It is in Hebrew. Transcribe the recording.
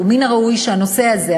ומן הראוי שהנושא הזה,